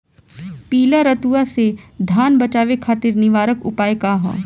पीला रतुआ से धान बचावे खातिर निवारक उपाय का ह?